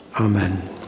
Amen